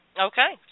Okay